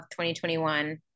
2021